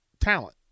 talent